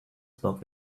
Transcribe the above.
spoke